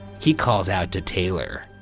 he calls out to taylor.